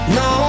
no